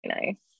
nice